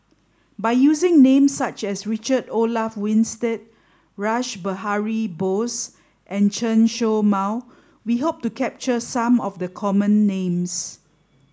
by using names such as Richard Olaf Winstedt Rash Behari Bose and Chen Show Mao we hope to capture some of the common names